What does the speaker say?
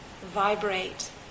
vibrate